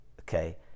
Okay